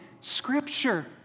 Scripture